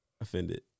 offended